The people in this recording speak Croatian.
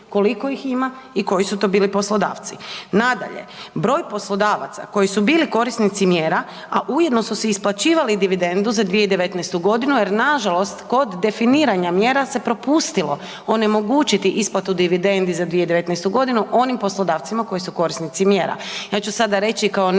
koliko ih ima i koji su to bili poslodavci. Nadalje, broj poslodavaca koji su bili korisnici mjera, a ujedno su si isplaćivali dividendu za 2019.g. jer nažalost kod definiranja mjera se propustilo onemogućiti isplatu dividendi za 2019.g. onim poslodavcima koji su korisnici mjera.